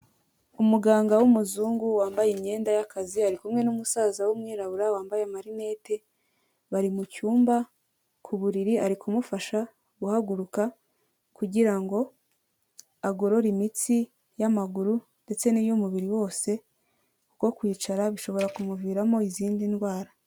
Umuganga w'umuzungu wambaye imyenda y'akazi, ari kumwe n'umusaza w'umwirabura wambaye amarinete, bari mu cyumba ku buriri ari kumufasha guhaguruka kugira ngo agorore imitsi y'amaguru ndetse n'iy'umubiri wose kuko kwicara bishobora kumuviramo izindi ndwara.